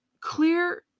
clear